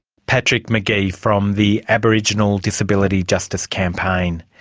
patrick mcgee from the aboriginal disability justice campaign.